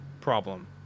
problem